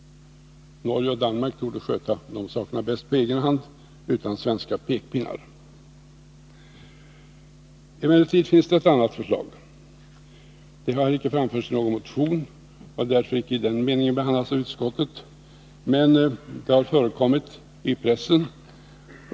Norge och Danmark torde sköta de sakerna bäst på egen hand utan svenska pekpinnar. Emellertid finns det ett annat förslag. Det har icke framförts i någon motion och har därför icke i den meningen behandlats av utskottet, men det har förekommit i pressen.